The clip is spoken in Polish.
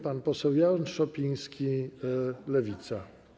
Pan poseł Jan Szopiński, Lewica.